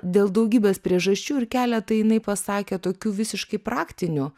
dėl daugybės priežasčių ir keletą jinai pasakė tokių visiškai praktinių